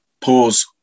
pause